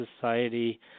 Society